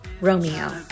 Romeo